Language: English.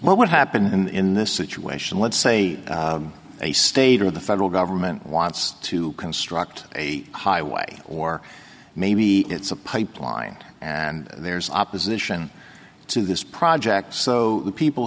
what would happen in this situation let's say a state of the federal government wants to construct a highway or maybe it's a pipeline and there's opposition to this project so the people